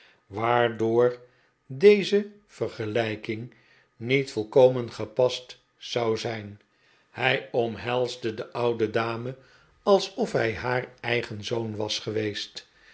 waardoor deze vergelijking niet volkomen gepast zou zijn hij omhelsde de oude dame alsof hij haar eigen zoon was geweest